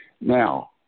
Now